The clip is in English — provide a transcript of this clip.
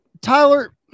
Tyler